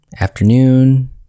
afternoon